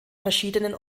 verschiedenen